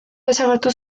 desagertu